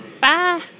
Bye